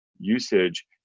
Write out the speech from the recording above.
Usage